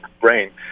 brain